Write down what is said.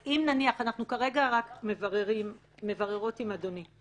אנחנו כרגע רק מבררות עם אדוני.